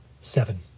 Seven